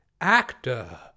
actor